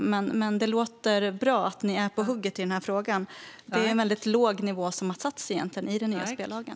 Men det låter bra att ni är på hugget i denna fråga. Det är egentligen en väldigt låg nivå som har satts i den nya spellagen.